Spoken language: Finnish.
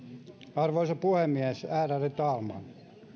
arvoisa puhemies ärade talman